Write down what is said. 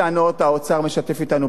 האוצר משתף אתנו פעולה,